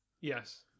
Yes